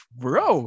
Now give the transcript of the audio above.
bro